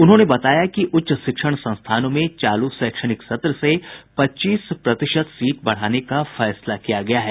उन्होंने बताया कि उच्च शिक्षण संस्थानों में चालू शैक्षणिक सत्र से पच्चीस प्रतिशत सीट बढ़ाने का फैसला किया गया है